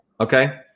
okay